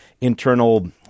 internal